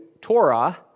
Torah